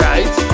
Right